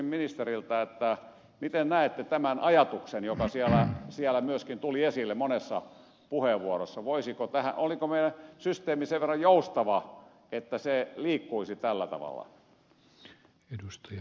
kysyisin ministeriltä miten näette tämän ajatuksen joka siellä myöskin tuli esille monessa puheenvuorossa olisiko meidän systeemi sen verran joustava että se liikkuisi tällä tavalla